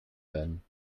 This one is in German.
werden